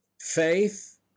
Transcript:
Faith